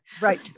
Right